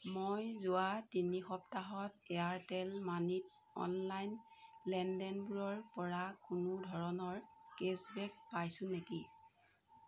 মই যোৱা তিনি সপ্তাহত এয়াৰটেল মানিত অনলাইন লেনদেনবোৰৰ পৰা কোনো ধৰণৰ কেশ্ববেক পাইছোঁ নেকি